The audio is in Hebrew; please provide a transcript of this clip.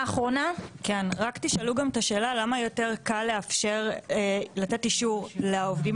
רק תשאלו גם את השאלה למה קל יותר לתת אישור לעובדים